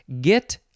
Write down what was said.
Get